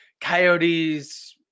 Coyotes